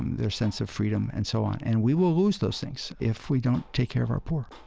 their sense of freedom, and so on. and we will lose those things if we don't take care of our poor